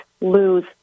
lose